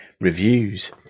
reviews